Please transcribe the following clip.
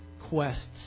quests